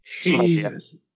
Jesus